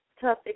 tough